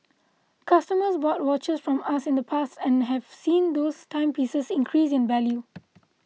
customers bought watches from us in the past and have seen those timepieces increase in value